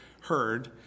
heard